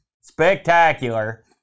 spectacular